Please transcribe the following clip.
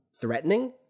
threatening